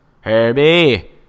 Herbie